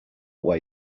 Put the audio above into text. where